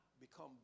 become